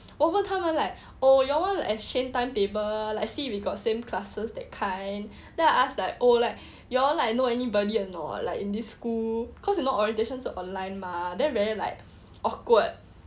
我不懂他们 like oh you want to exchange timetable see if we got same classes that kind then I ask like oh like you all like know anybody here or not like in this school cause you know orientation 是 online mah then very like awkward